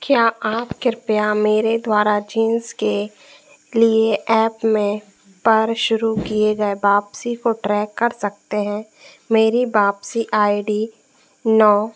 क्या आप कृपया मेरे द्वारा च्यूज के लिए ऐप में पर शुरू किए गए बापसी को ट्रैक कर सकते हैं मेरी बापसी आई डी नौ